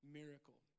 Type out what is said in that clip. miracle